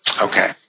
okay